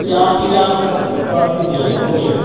ठीक है हाँ ठीक है आंए के बात बात कीजिए आप ओके